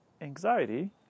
Anxiety